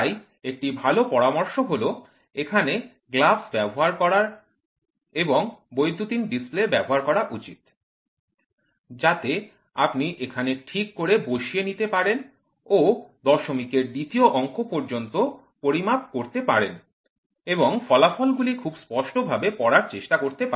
তাই একটি ভাল পরামর্শ হল এখানে গ্লাভস ব্যবহার করার ভালো এবং বৈদ্যুতিন ডিসপ্লে ব্যবহার করা উচিৎ যাতে আপনি এখানে ঠিক করে বসিয়ে নিতে পারেন ও দশমিকের দ্বিতীয় অঙ্ক পর্যন্ত পরিমাপ করতে পারেন এবং ফলাফলগুলি খুব স্পষ্টভাবে পড়ার চেষ্টা করতে পারেন